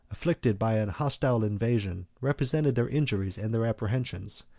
afflicted by a hostile invasion, represented their injuries and their apprehensions.